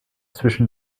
zwischen